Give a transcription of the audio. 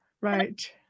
Right